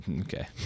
Okay